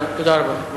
תודה רבה.